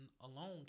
alone